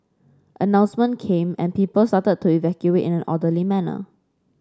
announcement came and people started to evacuate in an orderly manner